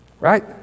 right